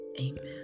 Amen